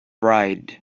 ride